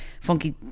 Funky